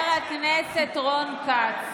חבר הכנסת רון כץ.